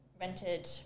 rented